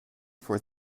for